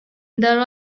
there